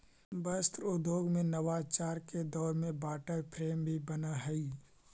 वस्त्र उद्योग में नवाचार के दौर में वाटर फ्रेम भी बनऽ हई